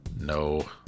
No